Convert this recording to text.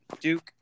Duke